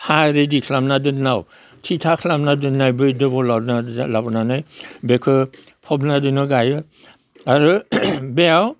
हा रेडि खालामना दोननाव थिथा खालामना दोननाय बै दबलाव लाबोनानै बेखो फबना दोनो गायो आरो बेयाव